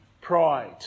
pride